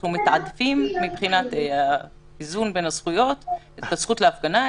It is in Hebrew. אנחנו מתעדפים מבחינת האיזון בין הזכויות את הזכות להפגנה,